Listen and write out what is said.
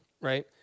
right